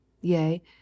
Yea